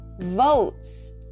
votes